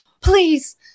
please